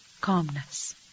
calmness